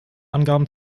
angaben